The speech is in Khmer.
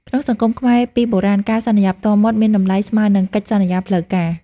ក្នុងសង្គមខ្មែរពីបុរាណ ការសន្យាផ្ទាល់មាត់មានតម្លៃស្មើនឹងកិច្ចសន្យាផ្លូវការ។